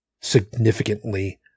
significantly